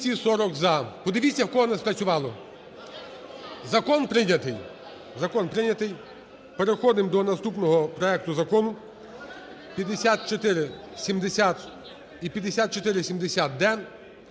Закон прийнятий. Переходимо до наступного проекту Закону – 5470 і 5470-д